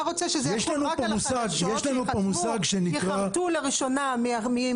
אתה רוצה שזה יחול רק על החדשות שייכרתו לראשונה מיום